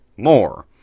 more